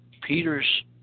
Peter's